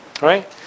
right